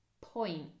point